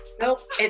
Nope